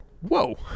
Whoa